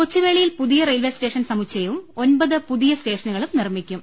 കൊച്ചുവേളിയിൽ പുതിയ railway station സമുച്ചയവും ഒമ്പത് പുതിയ സ്റ്റേഷനുകളും നിർമിക്കും